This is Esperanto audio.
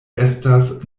estas